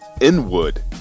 Inwood